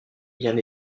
bien